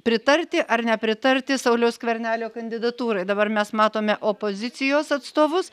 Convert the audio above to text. pritarti ar nepritarti sauliaus skvernelio kandidatūrai dabar mes matome opozicijos atstovus